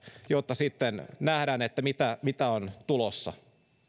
jotta sitten nähdään mitä mitä on tulossa